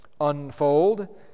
unfold